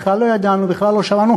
בכלל לא ידענו, בכלל לא שמענו.